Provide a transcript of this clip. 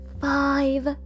five